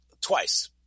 twice